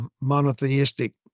monotheistic